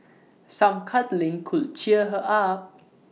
some cuddling could cheer her up